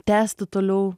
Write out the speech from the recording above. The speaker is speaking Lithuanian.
tęsti toliau